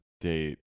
date